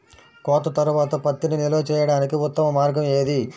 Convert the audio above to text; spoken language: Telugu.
కోత తర్వాత పత్తిని నిల్వ చేయడానికి ఉత్తమ మార్గం ఏది?